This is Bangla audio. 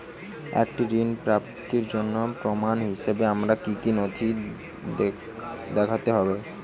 একটি ঋণ প্রাপ্তির জন্য প্রমাণ হিসাবে আমাকে কী কী নথি দেখাতে হবে?